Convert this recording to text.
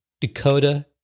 dakota